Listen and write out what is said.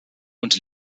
und